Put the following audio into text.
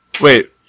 wait